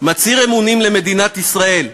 מצהיר אמונים למדינת ישראל,